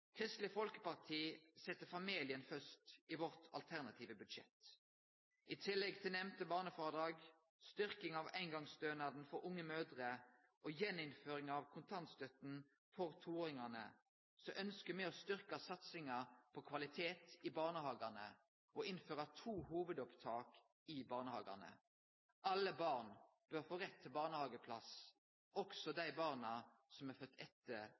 Kristeleg Folkeparti set familien først i sitt alternative budsjett. I tillegg til det nemnde barnefrådraget, styrking av eingongsstønaden til unge mødrer og gjeninnføring av kontantstøtta for toåringane ønskjer me å styrkje satsinga på kvalitet i barnehagane og innføre to hovudopptak i barnehagane. Alle barn bør få rett til barnehageplass – også dei barna som er fødde etter